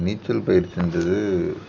நீச்சல் பயிற்சின்றது